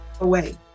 away